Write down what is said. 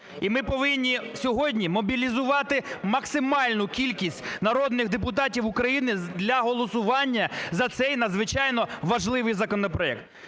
І ми повинні сьогодні мобілізувати максимальну кількість народних депутатів України для голосування за цей надзвичайно важливий законопроект.